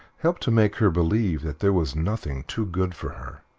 helped to make her believe that there was nothing too good for her.